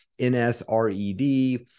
NSRED